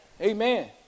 Amen